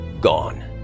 gone